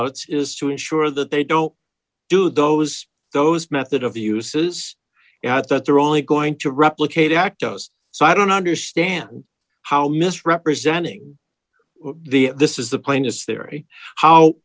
outs is to ensure that they don't do those those method of the uses that they're only going to replicate actos so i don't understand how misrepresenting the this is the plainest theory how